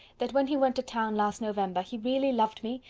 that when he went to town last november, he really loved me,